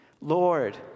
Lord